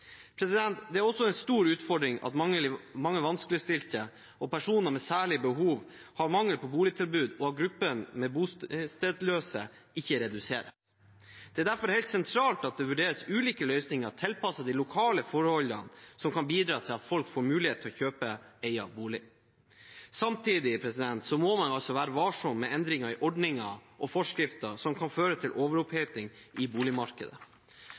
Det er også en stor utfordring at mange vanskeligstilte og personer med særlige behov har mangel på boligtilbud, og at gruppen bostedsløse ikke reduseres. Det er derfor helt sentralt at det vurderes ulike løsninger tilpasset de lokale forholdene, som kan bidra til at folk får mulighet til å kjøpe egen bolig. Samtidig må man være varsom med endringer i ordninger og forskrifter som kan føre til overoppheting i boligmarkedet,